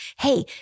Hey